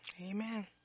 Amen